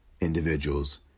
individuals